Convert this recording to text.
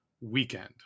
weekend